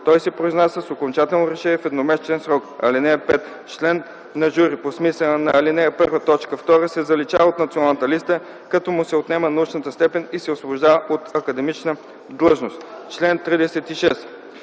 Той се произнася с окончателно решение в едномесечен срок. (5) Член на жури по смисъла на ал. 1, т. 2 се заличава от Националната листа, като му се отнема научната степен и се освобождава от академична длъжност. Чл. 36.